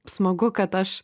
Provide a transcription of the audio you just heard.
smagu kad aš